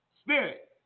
spirit